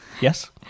Yes